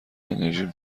انرژیم